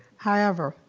however,